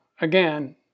again